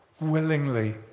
willingly